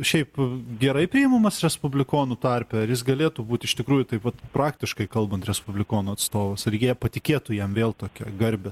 šiaip gerai priimamas respublikonų tarpe ar jis galėtų būti iš tikrųjų taip vat praktiškai kalbant respublikonų atstovas ar jie patikėtų jam vėl tokią garbę